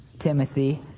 Timothy